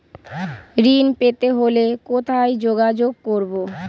ঋণ পেতে হলে কোথায় যোগাযোগ করব?